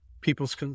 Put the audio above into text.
people's